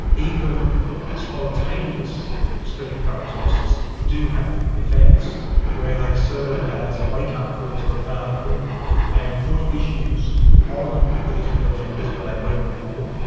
even spontaneous street protests, do have effects where they serve as a wake-up call to the powerful and put issues on political agendas where they weren't before.